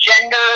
gender